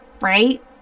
right